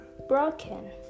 broken